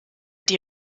die